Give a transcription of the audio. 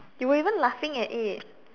you were even laughing at it